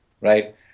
right